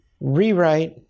rewrite